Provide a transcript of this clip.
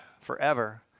forever